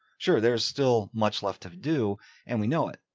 sure, there's still much left of do and we know it,